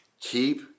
Keep